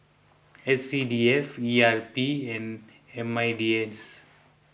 S C D F E R P and M I D S